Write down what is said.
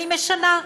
אני משנה,